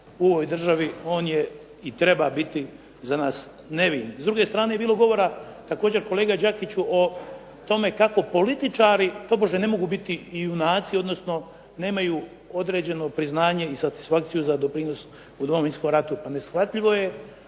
u ovoj državi on je i treba biti za nas nevin. S druge strane je bilo govora, također kolega Đakiću, o tome kako političari, tobože ne mogu biti i junaci, odnosno nemaju određeno priznanje i satisfakciju za doprinos u Domovinskom ratu. Pa neshvatljivo je